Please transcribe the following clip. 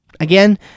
Again